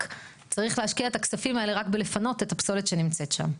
צריך להשקיע את הכספים האלה רק בלפנות את הפסולת שנמצאת שם.